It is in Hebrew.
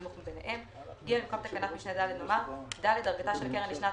הנמוך מביניהם."; במקום תקנת משנה (ד) נאמר: "(ד) דרגתה של קרן לשנת